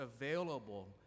available